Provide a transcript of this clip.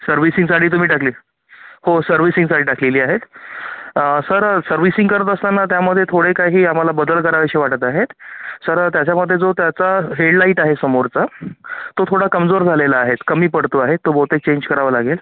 सर्व्हिसिंगसाठी तुम्ही टाकलीत हो सर्व्हिसिंगसाठी टाकलेली आहेत सर सर्व्हिसिंग करत असताना त्यामध्ये थोडे काही आम्हाला बदल करावेसे वाटत आहेत सर त्याच्यामध्ये जो त्याचा हेडलाईट आहे समोरचा तो थोडा कमजोर झालेला आहेत कमी पडतो आहे तो बहुतेक चेंज करावा लागेल